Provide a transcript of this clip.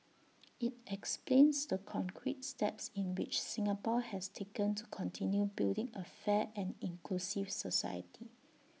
IT explains the concrete steps in which Singapore has taken to continue building A fair and inclusive society